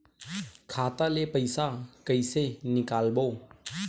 खाता ले पईसा कइसे निकालबो?